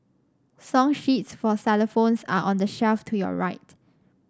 song sheets for xylophones are on the shelf to your right